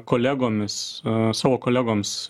kolegomis savo kolegoms